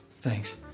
Thanks